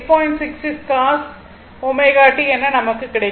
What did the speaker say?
66 cos ω t என நமக்கு கிடைக்கும்